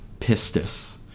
pistis